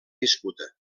disputa